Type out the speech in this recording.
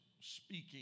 speaking